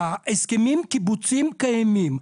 ההסכמים הקיבוציים קיימים.